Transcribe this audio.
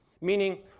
Meaning